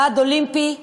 ועד אולימפי,